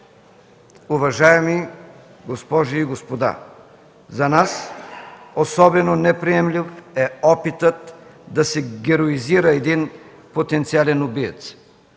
Уважаеми госпожи и господа, за нас особено неприемлив е опитът да се героизира един потенциален убиец.